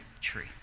tree